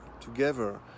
together